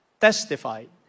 testified